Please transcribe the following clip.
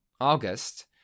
august